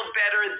better